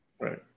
Right